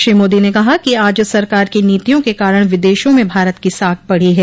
श्री मोदी ने कहा कि आज सरकार की नीतियों के कारण विदेशों में भारत की साख बढ़ी है